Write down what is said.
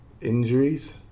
Injuries